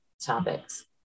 topics